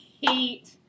hate